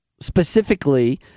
specifically